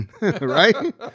right